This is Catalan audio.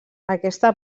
aquesta